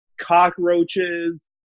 cockroaches